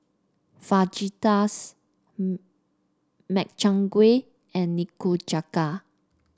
Fajitas Makchang Gui and Nikujaga